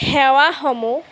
সেৱাসমূহ